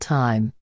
time